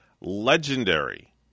legendary